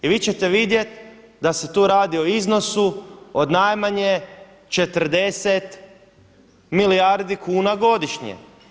I vi ćete vidjeti da se tu radi o iznosu od najmanje 40 milijardi kuna godišnje.